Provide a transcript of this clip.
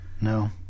No